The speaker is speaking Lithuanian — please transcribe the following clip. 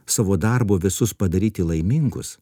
savo darbu visus padaryti laimingus